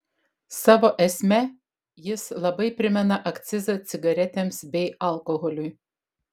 savo esme jis labai primena akcizą cigaretėms bei alkoholiui